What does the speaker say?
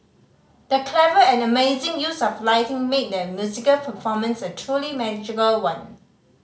the clever and amazing use of lighting made the musical performance a truly magical one